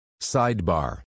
Sidebar